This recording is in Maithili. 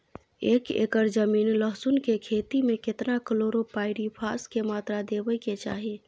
एक एकर जमीन लहसुन के खेती मे केतना कलोरोपाईरिफास के मात्रा देबै के चाही?